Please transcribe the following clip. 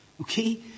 okay